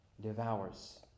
devours